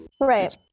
right